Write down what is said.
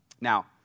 Now